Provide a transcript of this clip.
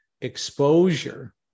exposure